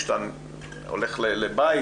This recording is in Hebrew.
כשאתה הולך לבית,